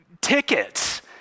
tickets